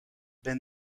ben